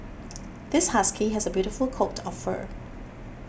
this husky has a beautiful coat of fur